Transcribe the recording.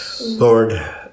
Lord